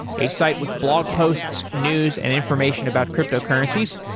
a site with blog posts, news and information about cryptocurrencies.